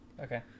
Okay